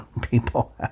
People